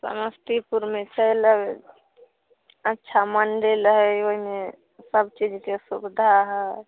समस्तीपुरमे चलि अएबै अच्छा मन्दिर हइ ओहिमे सबचीजके सुविधा हइ